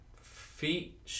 feet